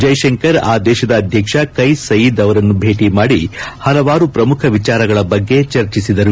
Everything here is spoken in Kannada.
ಜೈಶಂಕರ್ ಆ ದೇಶದ ಅಧ್ಯಕ್ಷ ಕೈಸ್ ಸಯೀದ್ ಅವರನ್ನು ಭೇಟಿ ಮಾಡಿ ಹಲವಾರು ಪ್ರಮುಖ ವಿಚಾರಗಳ ಬಗ್ಗೆ ಚರ್ಚಿಸಿದರು